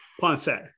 Ponce